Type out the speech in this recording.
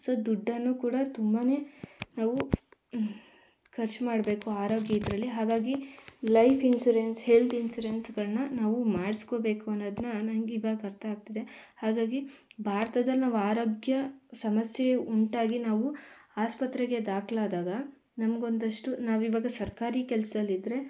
so ದುಡ್ಡನ್ನು ಕೂಡ ತುಂಬನೇ ನಾವು ಖರ್ಚು ಮಾಡಬೇಕು ಆರೋಗ್ಯ ಇದರಲ್ಲಿ ಹಾಗಾಗಿ ಲೈಫ್ ಇನ್ಸುರೆನ್ಸ್ ಹೆಲ್ತ್ ಇನ್ಸುರೆನ್ಸ್ಗಳನ್ನ ನಾವು ಮಾಡ್ಸ್ಕೊಳ್ಬೇಕು ಅನ್ನೋದನ್ನ ನಂಗೆ ಈವಾಗ ಅರ್ಥ ಆಗ್ತಿದೆ ಹಾಗಾಗಿ ಭಾರತದಲ್ಲಿ ನಾವು ಆರೋಗ್ಯ ಸಮಸ್ಯೆ ಉಂಟಾಗಿ ನಾವು ಆಸ್ಪತ್ರೆಗೆ ದಾಖಲಾದಾಗ ನಮಗೊಂದಷ್ಟು ನಾವಿವಾಗ ಸರ್ಕಾರಿ ಕೆಲಸದಲ್ಲಿದ್ರೆ